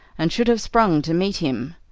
and should have sprung to meet him,